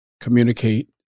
communicate